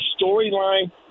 storyline